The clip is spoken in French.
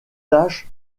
tâche